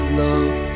love